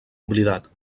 oblidat